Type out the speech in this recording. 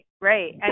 right